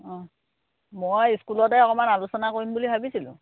অঁ মই স্কুলতে অকণমান আলোচনা কৰিম বুলি ভাবিছিলোঁ